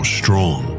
strong